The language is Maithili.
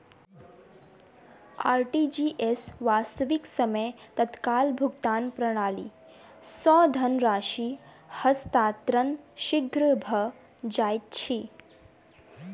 आर.टी.जी.एस, वास्तविक समय तत्काल भुगतान प्रणाली, सॅ धन राशि हस्तांतरण शीघ्र भ जाइत अछि